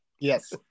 Yes